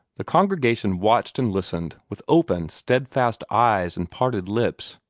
the congregation watched and listened with open, steadfast eyes and parted lips.